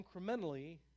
incrementally